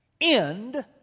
end